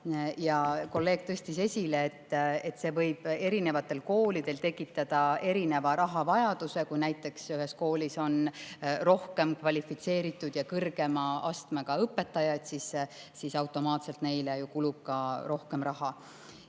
Ja kolleeg tõstis esile, et see võib erinevatel koolidel tekitada erineva rahavajaduse: kui näiteks ühes koolis on rohkem kvalifitseeritud ja kõrgema astmega õpetajaid, siis automaatselt kulub neile ka rohkem raha.